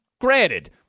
granted